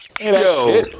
Yo